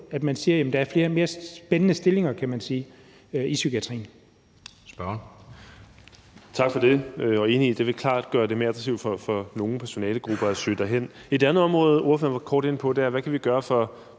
så at sige bliver skabt flere spændende stillinger i psykiatrien.